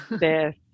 Yes